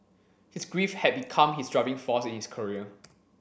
his grief had become his driving force in his career